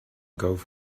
golf